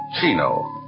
Chino